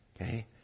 okay